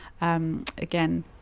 Again